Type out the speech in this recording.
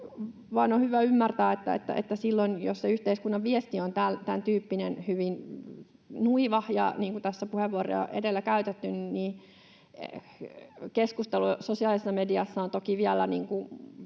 on hyvä ymmärtää, että jos se yhteiskunnan viesti on tämäntyyppinen, hyvin nuiva — ja niin kuin tässä puheenvuoroja on edellä käytetty, keskustelu sosiaalisessa mediassa on toki vielä